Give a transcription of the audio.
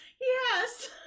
Yes